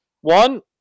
One